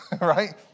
Right